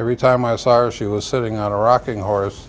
every time i saw she was sitting on a rocking horse